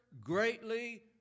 greatly